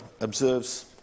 observes